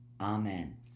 Amen